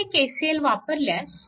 येथे KCL वापरल्यास